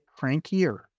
crankier